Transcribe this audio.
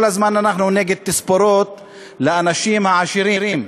כל הזמן אנחנו נגד תספורות לאנשים העשירים,